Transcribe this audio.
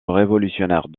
révolutionnaire